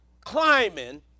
climbing